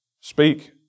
Speak